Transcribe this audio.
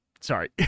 Sorry